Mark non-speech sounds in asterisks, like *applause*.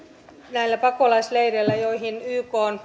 näillä pakolaisleireillä joihin ykn *unintelligible*